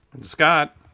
Scott